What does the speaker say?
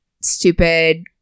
stupid